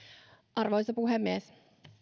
arvoisa puhemies